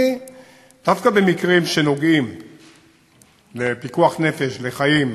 דווקא במקרים שנוגעים בפיקוח נפש, חיים,